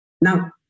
Now